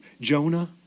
Jonah